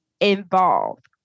involved